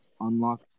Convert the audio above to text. unlock